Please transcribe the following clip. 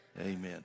Amen